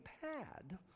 pad